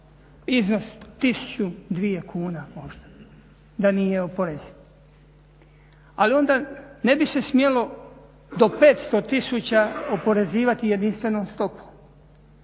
iznos 1000, 2000 kuna možda da nije oporezivo. Ali onda ne bi se smjelo do 500 tisuća oporezivati jedinstvenu stopu.